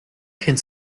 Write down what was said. kennt